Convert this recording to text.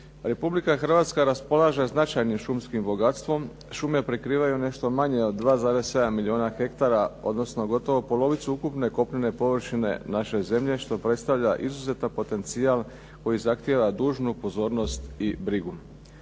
Republika Hrvatska raspolaže značajnim šumskim bogatstvom. Šume prekrivaju nešto manje od 2,7 milijuna hektara, odnosno gotovo polovicu ukupne kopnene površine naše zemlje što predstavlja izuzetan potencijal koji zahtijeva dužnu pozornost i brigu.